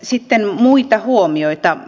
sitten muita huomioita